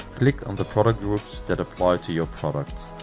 click on the product groups that apply to your product.